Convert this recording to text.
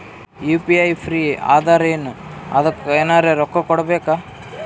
UPI free ಅದಾರಾ ಏನ ಅದಕ್ಕ ಎನೆರ ರೊಕ್ಕ ಕೊಡಬೇಕ?